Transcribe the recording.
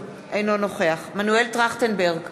נוכח מנואל טרכטנברג,